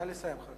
נא לסיים.